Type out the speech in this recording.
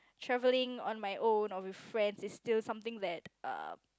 travelling on my own or with friends is still something that uh